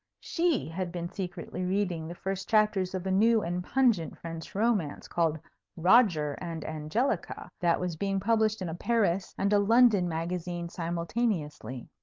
she had been secretly reading the first chapters of a new and pungent french romance, called roger and angelica, that was being published in a paris and a london magazine simultaneously.